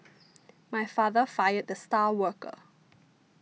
my father fired the star worker